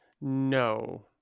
No